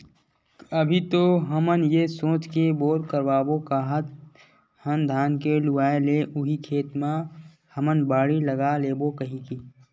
अभी तो हमन ये सोच के बोर करवाबो काहत हन धान के लुवाय ले उही खेत म हमन बाड़ी लगा लेबो कहिके